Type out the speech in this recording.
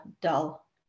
dull